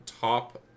top